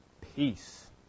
peace